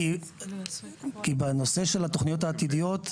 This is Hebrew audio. כי בנושא של התוכניות העתידיות,